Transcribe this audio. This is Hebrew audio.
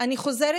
אני חוזרת,